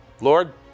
Lord